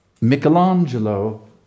Michelangelo